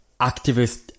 activist